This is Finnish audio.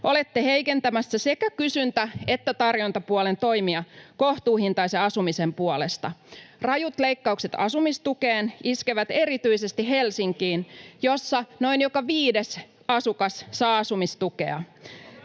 Olette heikentämässä sekä kysyntä- että tarjontapuolen toimia kohtuuhintaisen asumisen puolesta. Rajut leikkaukset asumistukeen iskevät erityisesti Helsinkiin, jossa noin joka viides asukas saa asumistukea.